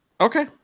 Okay